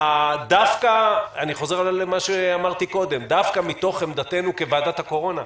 דווקא מתוך עמדתנו כוועדת הקורונה,